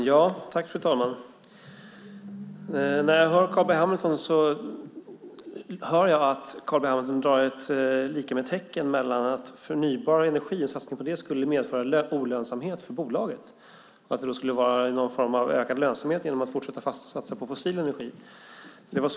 Fru talman! Jag hör att Carl B Hamilton sätter ett lika-med-tecken mellan förnybar energi och olönsamhet för bolaget. Det skulle alltså vara bättre lönsamhet i att fortsätta satsa på fossil energi.